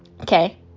Okay